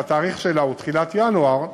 והתאריך שלה הוא תחילת ינואר,